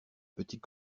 petit